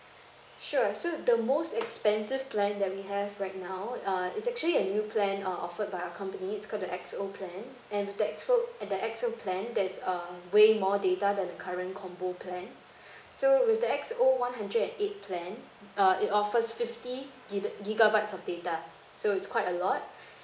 sure so the most expensive plan that we have right now err is actually a new plan uh offered by our company it's called the X O plan and with X O the X O plan there's err way more data than the current combo plan so with the X O one hundred and eight plan err it offers fifty gig~ gigabytes of data so it's quite a lot